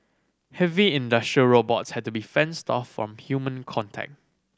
heavy industrial robots had to be fenced off from human contact